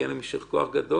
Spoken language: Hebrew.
מגיע להם יישר כוח גדול.